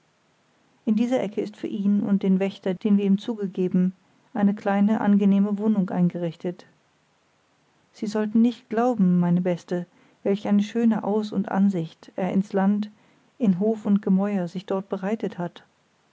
in dieser ecke ist für ihn und den wächter den wir ihm zugegeben eine kleine angenehme wohnung eingerichtet sie sollten nicht glauben meine beste welch eine schöne aus und ansicht er ins land in hof und gemäuer sich dort bereitet hat